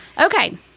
Okay